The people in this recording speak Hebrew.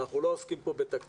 אנחנו לא עוסקים פה בתקציב,